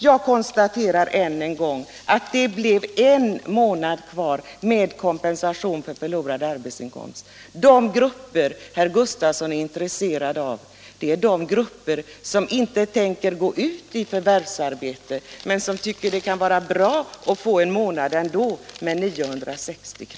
Jag konstaterar än en gång att det blev en månad kvar med kompensation för förlorad arbetsinkomst. De grupper som herr Gustavsson är intresserad av är de som inte tänker gå ut i förvärvsarbete men som tycker det kan vara bra att få en månad ändå med 960 kr.